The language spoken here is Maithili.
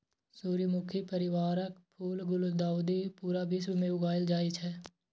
सूर्यमुखी परिवारक फूल गुलदाउदी पूरा विश्व मे उगायल जाए छै